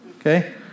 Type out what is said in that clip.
okay